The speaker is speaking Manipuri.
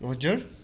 ꯔꯣꯖꯔ